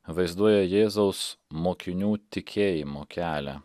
vaizduoja jėzaus mokinių tikėjimo kelią